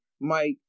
Mike